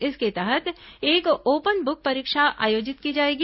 इसके तहत एक ओपन बुक परीक्षा आयोजित की जाएगी